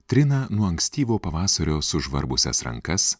trina nuo ankstyvo pavasario sužvarbusias rankas